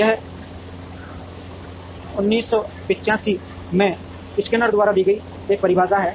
यह 1985 में स्किनर द्वारा दी गई एक परिभाषा है